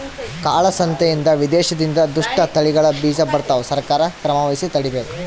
ಕಾಳ ಸಂತೆಯಿಂದ ವಿದೇಶದಿಂದ ದುಷ್ಟ ತಳಿಗಳ ಬೀಜ ಬರ್ತವ ಸರ್ಕಾರ ಕ್ರಮವಹಿಸಿ ತಡೀಬೇಕು